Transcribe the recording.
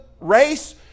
race